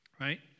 right